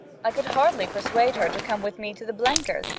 i could hardly persuade her to come with me to the blenkers',